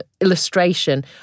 illustration